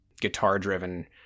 guitar-driven